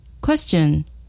Question